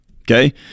Okay